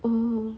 oh